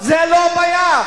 זה לא הבעיה,